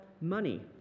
money